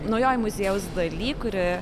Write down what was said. naujojoj muziejaus daly kuri